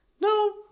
No